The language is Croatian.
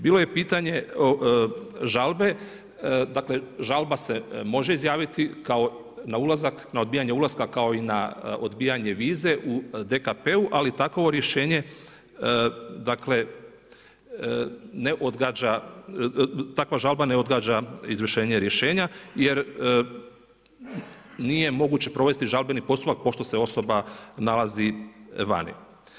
Bilo je pitanje žalbe, dakle, žalba se može izjaviti kao na ulazak, na odbijanje ulaska kao i na odbijanje vize u DKP-u ali takovo rješenje, dakle, ne odgađa, takva žalba ne odgađa izvršenje rješenja, jer, nije moguće provesti žalbeni postupak, pošto se osoba nalazi vani.